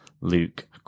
Luke